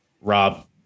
Rob